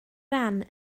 ran